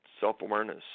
self-awareness